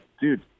dude